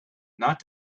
not